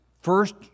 first